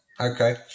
Okay